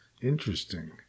Interesting